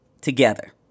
together